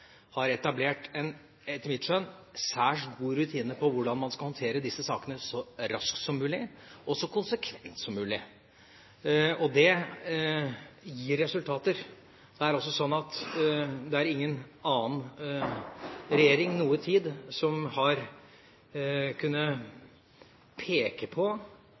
har etablert en etter mitt skjønn særs god rutine for hvordan man skal håndtere disse sakene så raskt som mulig og så konsekvent som mulig. Det gir resultater. Det er også sånn at ingen annen regjering noen gang har kunnet peke på